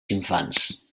infants